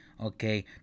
Okay